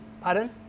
Pardon